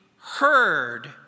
heard